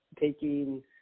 taking